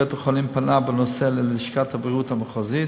בית-החולים פנה בנושא ללשכת הבריאות המחוזית.